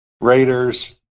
Raiders